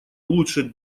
улучшит